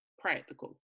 practical